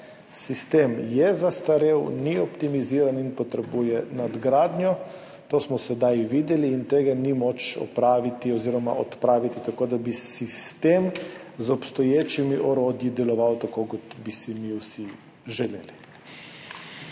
Sistem je zastarel, ni optimiziran in potrebuje nadgradnjo. To smo sedaj videli in tega ni moč odpraviti tako, da bi sistem z obstoječimi orodji deloval tako, kot bi si mi vsi želeli.